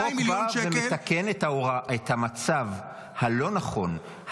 החוק בא ומתקן את המצב הלא-נכון,